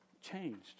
changed